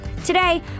Today